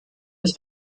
des